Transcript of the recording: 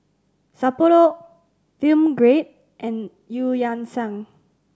Sapporo Film Grade and Eu Yan Sang